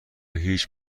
هیچ